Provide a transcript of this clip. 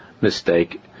mistake